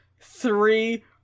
three